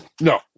No